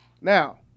Now